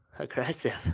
aggressive